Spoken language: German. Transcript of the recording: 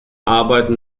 arbeiten